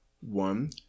One